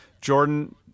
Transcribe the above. Jordan